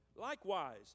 likewise